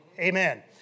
Amen